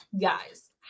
guys